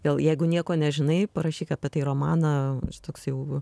vėl jeigu nieko nežinai parašyk apie tai romaną toks jau